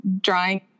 drawing